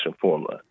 formula